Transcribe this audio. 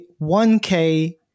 1K